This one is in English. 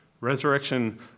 resurrection